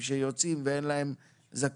רציתי לשאול,